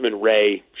Ray